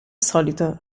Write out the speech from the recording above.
solito